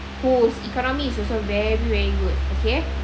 whose economy is also very very good okay